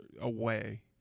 away